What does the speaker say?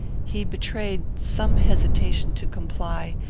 he betrayed some hesitation to comply,